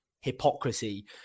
hypocrisy